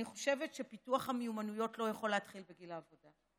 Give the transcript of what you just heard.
אני חושבת שפיתוח המיומנויות לא יכול להתחיל בגיל העבודה.